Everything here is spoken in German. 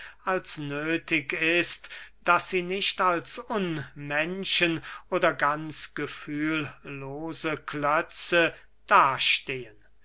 als nöthig ist daß sie nicht als unmenschen oder ganz gefühllose klötze dastehen